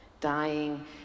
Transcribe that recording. dying